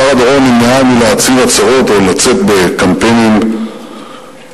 שרה דורון נמנעה מלהצהיר הצהרות או לצאת בקמפיינים מתוקשרים.